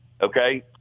Okay